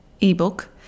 ebook